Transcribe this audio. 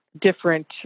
different